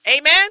Amen